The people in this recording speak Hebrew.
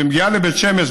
שמגיעה לבית שמש,